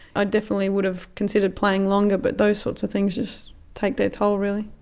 ah definitely would have considered playing longer but those sorts of things just take their toll really.